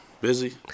busy